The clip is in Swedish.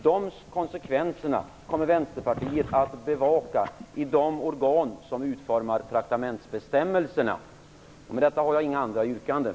Dessa konsekvenser kommer Vänsterpartiet att bevaka i de organ som utformar traktamentsbestämmelserna. Jag har inga andra yrkanden.